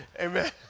Amen